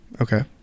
Okay